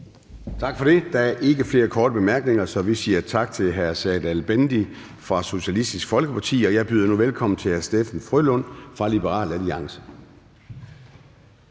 Tak for det. Der er ikke flere korte bemærkninger, så vi siger tak til Serdal Benli fra Socialistisk Folkeparti. Jeg byder nu velkommen til hr. Steffen W. Frølund fra Liberal Alliance.